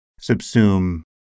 subsume